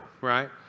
right